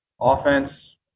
Offense